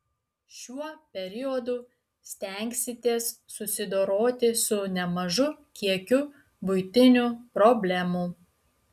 šiuo periodu stengsitės susidoroti su nemažu kiekiu buitinių problemų